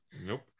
nope